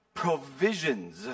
provisions